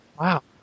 Wow